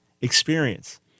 experience